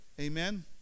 amen